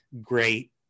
great